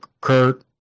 Kurt